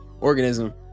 organism